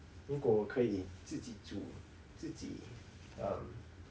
如果我可以自己煮自己 um